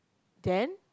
then